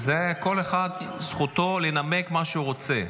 כל אחד זכותו לנמק מה שהוא רוצה.